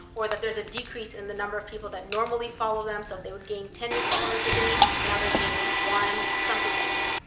or that there's a decrease in the number of people that normally follow them, so if they would gain ten new followers a day, now they're gaining one, something like that.